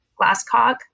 Glasscock